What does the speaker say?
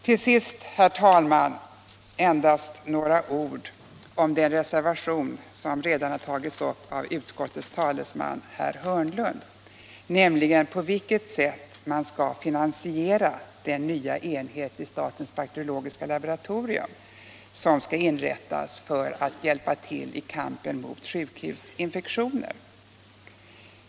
Till sist, herr talman, endast några ord om den reservation som redan har tagits upp av utskottets talesman herr Hörnlund. Den gäller på vilket sätt man skall finansiera den nya enhet som skall inrättas vid statens bakteriologiska laboratorium för att hjälpa till i kampen mot sjukhusinfektioner.